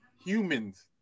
humans